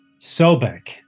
Sobek